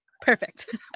Perfect